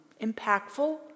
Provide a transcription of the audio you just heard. impactful